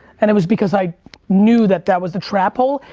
and it was because i knew that that was the trap hole.